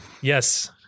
yes